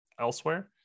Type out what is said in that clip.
elsewhere